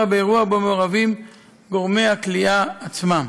באירוע שבו מעורבים גורמי הכליאה עצמם.